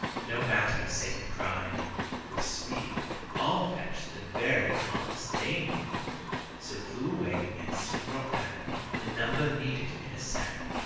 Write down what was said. no matter, satan cried with speed i'll fetch the very hearts they need so flew away and soon brought back the number needed, in a sack.